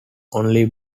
only